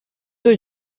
dos